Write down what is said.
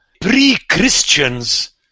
pre-Christians